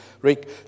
Rick